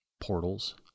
portals